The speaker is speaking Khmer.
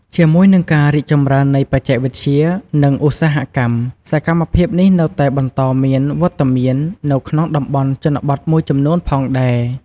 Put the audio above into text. ជាមួយនឹងការរីកចម្រើននៃបច្ចេកវិទ្យា និងឧស្សាហកម្ម សកម្មភាពនេះនៅតែបន្តមានវត្តមាននៅក្នុងតំបន់ជនបទមួយចំនួនផងដែរ។